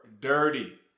dirty